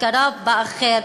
הכרה באחר,